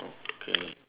okay